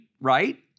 right